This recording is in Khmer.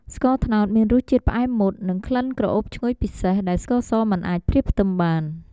ស្ករត្នោតមានរសជាតិផ្អែមមុត និងក្លិនក្រអូបឈ្ងុយពិសេស ដែលស្ករសមិនអាចប្រៀបផ្ទឹមបាន។